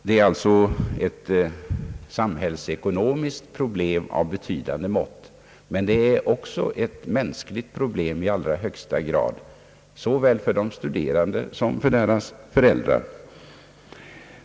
Det är alltså ett samhällsekonomiskt problem av stora mått, men också i allra högsta grad ett mänskligt problem såväl för de studerande som för deras föräldrar.